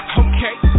okay